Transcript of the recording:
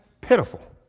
pitiful